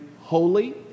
holy